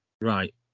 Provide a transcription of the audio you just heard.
right